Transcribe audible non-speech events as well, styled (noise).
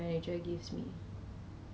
(laughs)